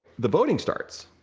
the voting starts.